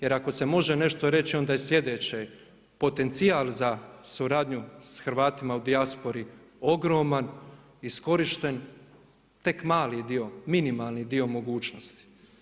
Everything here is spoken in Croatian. Jer ako se može nešto reći onda je sljedeće, potencijal za suradnju sa Hrvatima u dijaspori ogroman, iskorišten, tek mali dio, minimalni dio mogućnosti.